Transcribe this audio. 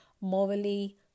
morally